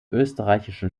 österreichischen